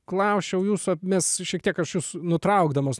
klausiau jūsų mes šiek tiek aš jus nutraukdamas